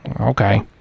okay